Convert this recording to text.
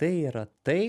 tai yra tai